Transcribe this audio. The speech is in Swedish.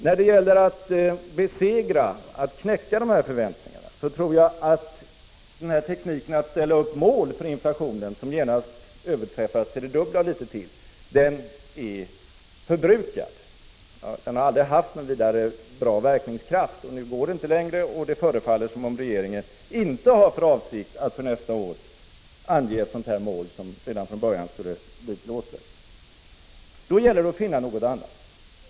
När det gäller att besegra och knäcka dessa förväntningar tror jag att tekniken att ställa upp mål för inflationen är förbrukad. Inflationen blir dubbelt så hög eller ännu högre jämfört med inflationen i det uppställda målet. Den tekniken har aldrig haft en god verkningskraft, och nu går det inte längre att använda den. Det förefaller som om regeringen inte har för avsikt att ange ett sådant mål för nästa år. Redan från början skulle det framgå att det inte håller. Därför gäller det att hitta på något annat.